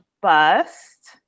bust